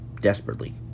desperately